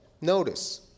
notice